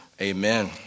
Amen